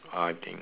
uh I think